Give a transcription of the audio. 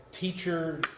teacher